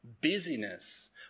busyness